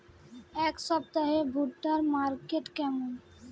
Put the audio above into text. এই সপ্তাহে ভুট্টার মার্কেট কেমন?